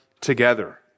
together